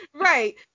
right